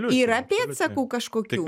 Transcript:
yra pėdsakų kažkokių